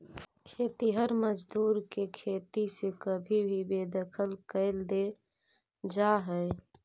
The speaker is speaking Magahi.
खेतिहर मजदूर के खेती से कभी भी बेदखल कैल दे जा हई